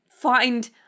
find